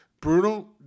Brutal